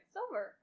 Silver